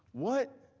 what